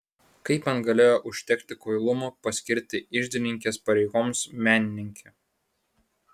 kaip man galėjo užtekti kvailumo paskirti iždininkės pareigoms menininkę